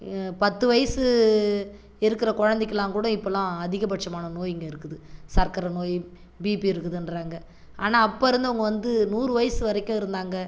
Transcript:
பத்து வயசு இருக்கிற குழந்தைக்குலாம் கூட இப்போலாம் அதிகபட்சமான நோய்ங்க இருக்குது சர்க்கரை நோய் பீபி இருக்குதுன்றாங்க ஆனால் அப்போ இருந்தவங்க வந்து நூறு வயசு வரைக்கும் இருந்தாங்க